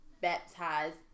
baptized